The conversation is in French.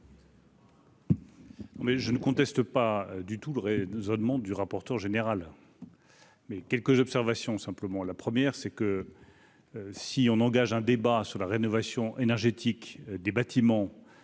je ne conteste pas du tout et nous, ça demande du rapporteur général. Mais quelques observations simplement la première, c'est que si on engage un débat sur la rénovation énergétique des bâtiments